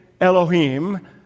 Elohim